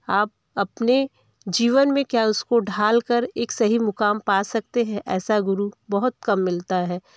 आप अपने जीवन में क्या उसको ढाल कर एक सही मुकाम पा सकते है ऐसा गुरु बहुत कम मिलता है